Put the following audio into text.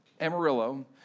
Amarillo